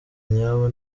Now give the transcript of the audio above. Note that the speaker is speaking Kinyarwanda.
nyabo